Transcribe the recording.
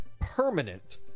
Permanent